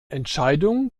entscheidung